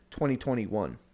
2021